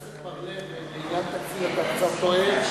חבר הכנסת בר-לב, בעניין תקציב אתה קצת טועה.